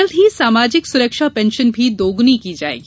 जल्द ही सामाजिक सुरक्षा पेन्शन भी दोग्नी की जायेगी